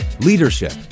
Leadership